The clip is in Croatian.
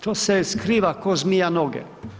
To se skriva ko zmija noge.